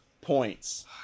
points